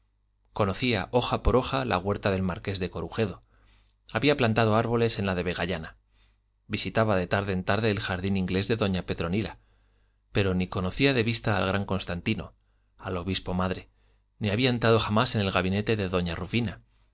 conocía hoja por hoja la huerta del marqués de corujedo había plantado árboles en la de vegallana visitaba de tarde en tarde el jardín inglés de doña petronila pero ni conocía de vista al gran constantino al obispo madre ni había entrado jamás en el gabinete de doña rufina